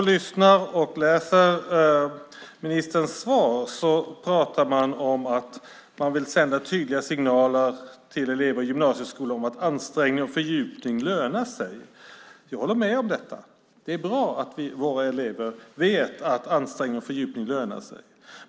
I ministerns svar pratas det om att man vill sända tydliga signaler till elever i gymnasieskolan om att ansträngning och fördjupning lönar sig. Jag håller med om det. Det är bra att våra elever vet att ansträngning och fördjupning lönar sig.